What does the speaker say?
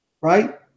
right